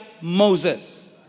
Moses